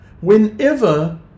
Whenever